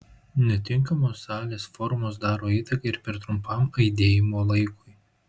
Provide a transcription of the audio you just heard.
netinkamos salės formos daro įtaką ir per trumpam aidėjimo laikui